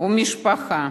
ומשפחה